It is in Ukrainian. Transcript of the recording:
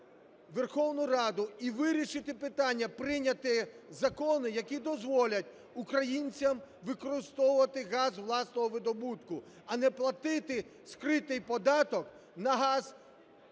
Верховну Раду і вирішити питання, прийняти закони, які дозволять українцям використовувати газ власного видобутку. А не платити скритий податок на газ